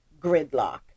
gridlock